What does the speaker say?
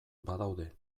badaude